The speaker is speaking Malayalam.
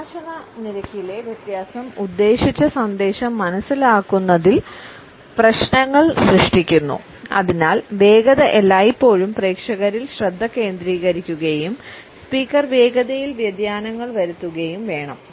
സംഭാഷണ നിരക്കിലെ വ്യത്യാസം ഉദ്ദേശിച്ച സന്ദേശം മനസിലാക്കുന്നതിൽ പ്രശ്നങ്ങൾ സൃഷ്ടിക്കുന്നു അതിനാൽ വേഗത എല്ലായ്പ്പോഴും പ്രേക്ഷകരിൽ ശ്രദ്ധ കേന്ദ്രീകരിക്കുകയും സ്പീക്കർ വേഗതയിൽ വ്യതിയാനങ്ങൾ വരുത്തുകയും വേണം